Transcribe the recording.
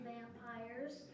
Vampires